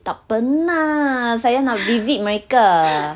tak pernah saya nak visit mereka